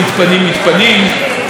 ואלה שנשארים,